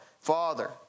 Father